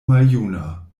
maljuna